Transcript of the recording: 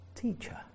teacher